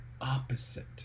opposite